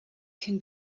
can